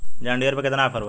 John Deere पर केतना offer बा?